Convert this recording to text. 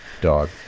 dog